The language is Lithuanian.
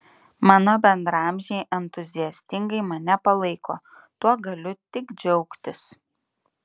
mano bendraamžiai entuziastingai mane palaiko tuo galiu tik džiaugtis